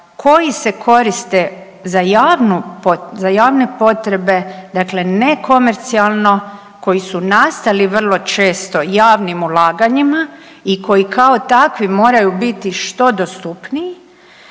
koji se koriste za javne potrebe, dakle ne komercijalno, koji su nastali vrlo često javnim ulaganjima i koji kao takvi moraju biti što dostupniji